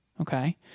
Okay